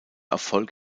erfolg